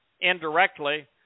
indirectly